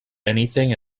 anything